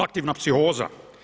Aktivna psihoza.